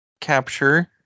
capture